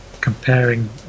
comparing